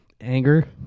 Anger